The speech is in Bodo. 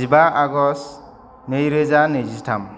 जिबा आगस्ट नैरोजा नैजिथाम